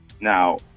Now